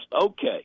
okay